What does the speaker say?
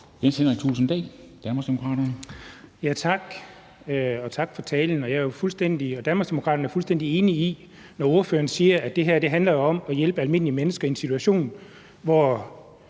Jens Henrik Thulesen Dahl (DD): Tak, og tak for talen. Danmarksdemokraterne er fuldstændig enige i det, ordføreren siger, nemlig at det her jo handler om at hjælpe almindelige mennesker i en situation, hvor